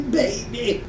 baby